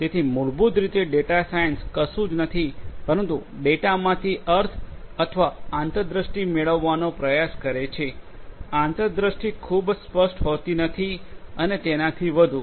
તેથી મૂળભૂત રીતે ડેટા સાયન્સ કશું જ નથી પરંતુ ડેટામાંથી અર્થ અથવા આંતરદૃષ્ટિ મેળવવાનો પ્રયાસ કરે છે આંતરદૃષ્ટિ ખૂબ સ્પષ્ટ હોતી નથી અને એનાથી વધુ